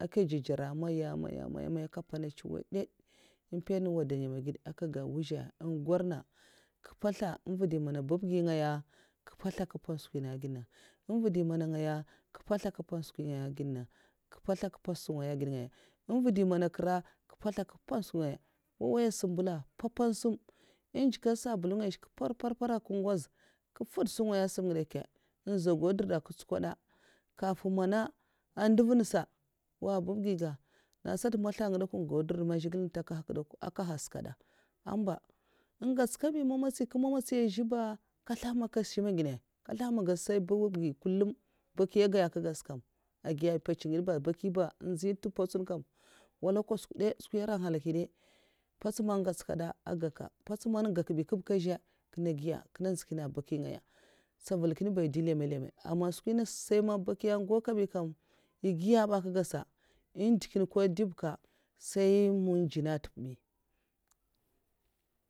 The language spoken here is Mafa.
Nkè ndzudzuora maya mayamn nkè mpèna tsuwaddad nga ngwodèm myèn ma gèd an maya nwa babgn man ngwor'na nkr mpètha nva di man babgi ngaya bi nkè mpètha nkè npè sungaya èh gid na nvè di mana ngaya nkè mpètha nkè npè sungaya èh gid na nvè di mana nkèra nkè mpèsl n' skwi nènga a' n'woy sèm mbala mpa mpan sam njè kèd sabulu ngaya mpur mpur mpur nga ngwoz nkè nfud sungaya a sum ngèda an zagau dirda nkè tskoda kafin mana ndèv na sa'nwa babgiga n sata maslèk nga n gau dirdè man zhigilè ntakahaya' nkè nhas kada amba ngèts kabi maga ntsi nkè magatis nzhè ba ka haskada nkè slaha man ka shima nginnè nkè slaha mè an gès sai gaibabgi kullum baki gaya ka gèd sa kam agiya bi mpèts ngindè ba nzhi tè mpwatsun kam walak kwasukw dè skwi nra nhalaki dè? Mpèts man ngèts nkè da nkè gaka mpèts man in gakbi kig gazhè nkinè giya akina'nzikèna baki ngaya nzaval nkinn ba ndè lèmmè lèmmè aman skwi nasa sai ma baki nya n'gaukabi nkam è giya ka gadsa ndèkènèba ko ndè ba ntayi man dzjènna n'tib bi.